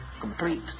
complete